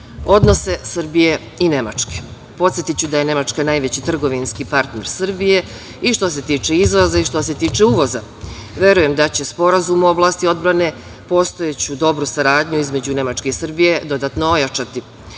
odnose Srbije i Nemačke. Podsetiću da je Nemačka najveći trgovinski partner Srbije i što se tiče izvoza i što se tiče uvoza. Verujem da će Sporazum u oblasti odbrane postojeću dobru saradnju između Nemačke i Srbije dodatno ojačati.